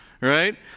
right